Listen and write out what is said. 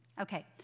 Okay